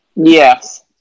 Yes